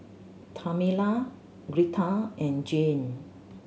Tamela Gretta and Jayne